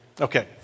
Okay